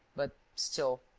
but, still,